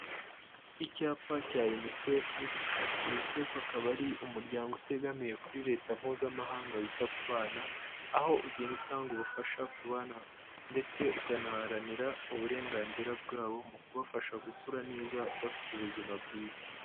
Icyapa cya UNICEF, UNICEF akaba ari umuryango utegamiye kuri leta mpuzamahanga wita ku bana, aho ugenda utanga ubufasha ku bana, ndetse ukanaharanira uburenganzira bwabo, mu kubafasha gukura neza bafite ubuzima bwiza.